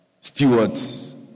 stewards